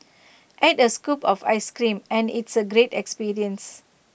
add A scoop of Ice Cream and it's A great experience